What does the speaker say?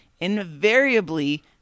invariably